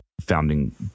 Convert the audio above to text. founding